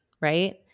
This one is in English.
right